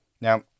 Now